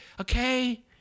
okay